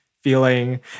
feeling